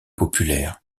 populaire